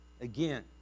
Again